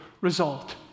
result